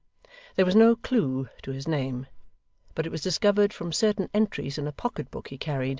there was no clue to his name but it was discovered from certain entries in a pocket-book he carried,